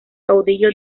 caudillo